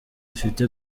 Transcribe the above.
afite